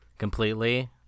Completely